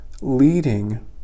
leading